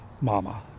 Mama